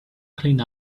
clean